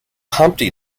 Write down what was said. humpty